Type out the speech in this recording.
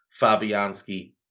Fabianski